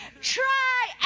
Try